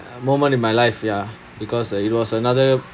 moment in my life ya because uh it was another